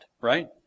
right